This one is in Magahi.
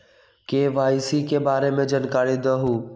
के.वाई.सी के बारे में जानकारी दहु?